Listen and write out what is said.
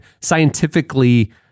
scientifically